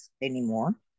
anymore